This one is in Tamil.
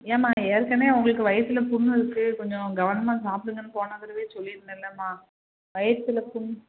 ஏம்மா ஏற்கனவே உங்களுக்கு வயிற்றுல புண் இருக்குது கொஞ்சம் கவனமாக சாப்பிடுங்கன்னு போன தடவையே சொல்லியிருந்தேல்லம்மா வயிற்றுல புண்